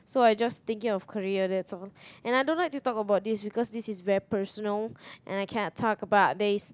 So I just thinking of career that's all and I don't like to talk about this because this is very personal and I don't like to talk about this